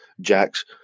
Jack's